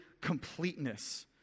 completeness